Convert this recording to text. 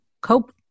cope